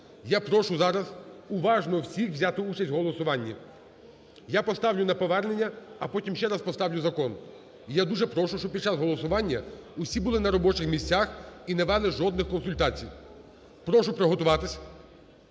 Я прошу зараз уважно всіх взяти участь у голосуванні. Я поставлю на повернення, а потім ще раз поставлю закон. Я дуже прошу, щоб під час голосування усі були на робочих місцях і не вели жодних консультацій. Прошу приготуватись,